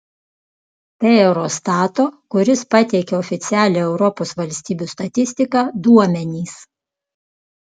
tai eurostato kuris pateikia oficialią europos valstybių statistiką duomenys